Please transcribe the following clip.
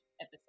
episode